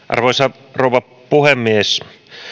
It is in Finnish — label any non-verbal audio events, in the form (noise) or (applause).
(unintelligible) arvoisa rouva puhemies